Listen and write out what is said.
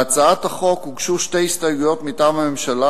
להצעת החוק הוגשו שתי הסתייגויות מטעם הממשלה,